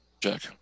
check